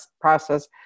process